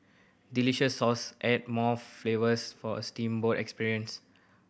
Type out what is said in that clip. delicious sauce add more flavours for a steamboat experience